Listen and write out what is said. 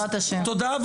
תודה.